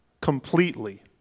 completely